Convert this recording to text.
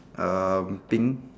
um pink